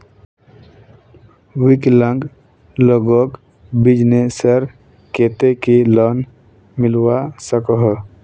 विकलांग लोगोक बिजनेसर केते की लोन मिलवा सकोहो?